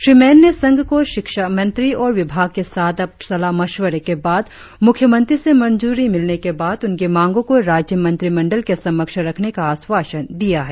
श्री मेन ने संघ को शिक्षा मंत्री और विभाग के साथ सलाह मस्वरे के बाद निर्णय लेने के लिए मुख्यमंत्री से मंजूरी मिलने के बाद उनकी मांगों को राज्य मंत्रिमंडल के समक्ष रखने का आश्वासन दिया है